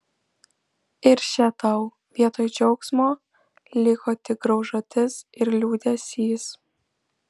ir še tau vietoj džiaugsmo liko tik graužatis ir liūdesys